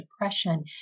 depression